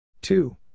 two